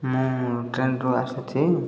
ମୁଁ ଟ୍ରେନ୍ରୁ ଆସୁଛି